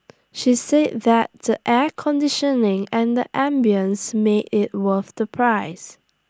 she said that the air conditioning and the ambience made IT worth the price